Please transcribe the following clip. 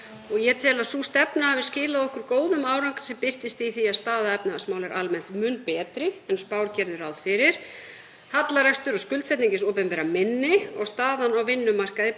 Ég tel að sú stefna hafi skilað okkur góðum árangri sem birtist í því að staða efnahagsmála er almennt mun betri en spár gerðu ráð fyrir, hallarekstur og skuldsetning hins opinberra minni og staðan á vinnumarkaði